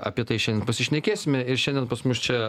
apie tai šiandien pasišnekėsime ir šiandien pas mus čia